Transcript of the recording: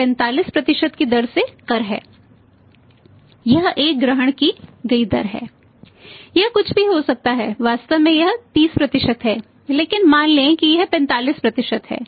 यह एक ग्रहण की गई दर है यह कुछ भी हो सकता है वास्तव में यह 30 है लेकिन मान लें कि यह 45 है